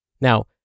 Now